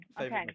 Okay